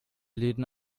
läden